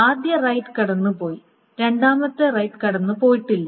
ആദ്യ റൈററ് കടന്നുപോയി രണ്ടാമത്തെ റൈററ് കടന്നുപോയിട്ടില്ല